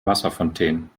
wasserfontänen